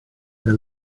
the